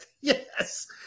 Yes